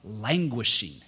languishing